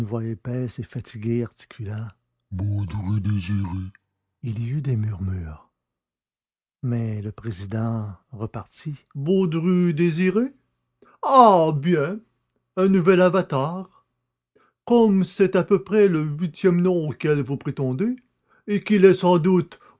épaisse et fatiguée articula baudru désiré il y eut des murmures mais le président repartit baudru désiré ah bien un nouvel avatar comme c'est à peu près le huitième nom auquel vous prétendez et qu'il est sans doute